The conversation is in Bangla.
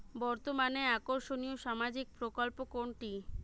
বর্তমানে আকর্ষনিয় সামাজিক প্রকল্প কোনটি?